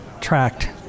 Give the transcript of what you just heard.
tracked